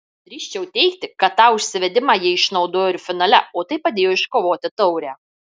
drįsčiau teigti kad tą užsivedimą jie išnaudojo ir finale o tai padėjo iškovoti taurę